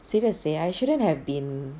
serious seh I shouldn't have been